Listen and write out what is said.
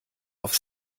auf